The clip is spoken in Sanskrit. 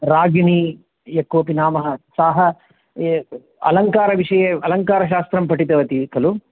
रागिणी यः कोपि नाम सः यः अलङ्कारविषये अलङ्कारशास्त्रं पठितवती खलु